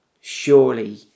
Surely